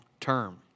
term